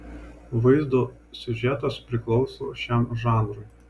vaizdo siužetas priklauso šiam žanrui